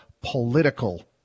political